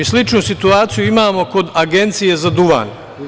Sličnu situaciju imamo kod Agencije za duvan.